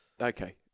Okay